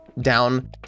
down